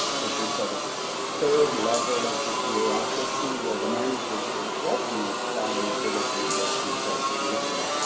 would be sort of third level of the bureaucracy where the managers were threatened by the recommendations i was making.